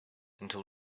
until